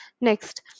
Next